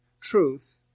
truth